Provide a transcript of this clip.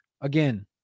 Again